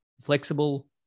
flexible